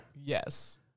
Yes